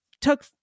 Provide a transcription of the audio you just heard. took